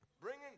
Bringing